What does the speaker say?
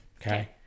okay